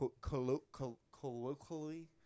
Colloquially